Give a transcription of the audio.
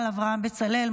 אברהם בצלאל,